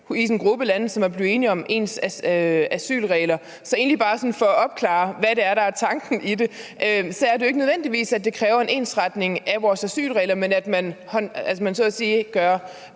i en gruppe lande, som er blevet enige om ens asylregler. Så bare for at opklare, hvad det er, der er tanken i det, vil jeg sige, at det jo ikke nødvendigvis kræver en ensretning af vores asylregler, men at man gør